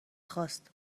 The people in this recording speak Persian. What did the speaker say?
خواست